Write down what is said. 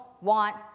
want